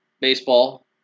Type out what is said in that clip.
Baseball